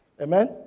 Amen